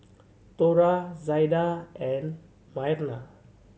Thora Zaida and Myrna